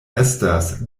estas